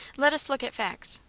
let us look at facts.